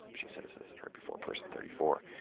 she says this is right before person thirty four.